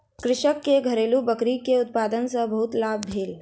कृषक के घरेलु बकरी के उत्पाद सॅ बहुत लाभ भेल